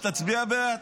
שתצביע בעד,